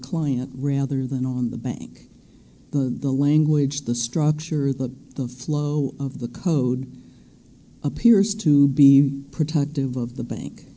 client rather than on the bank the the language the structure that the flow of the code appears to be protective of the bank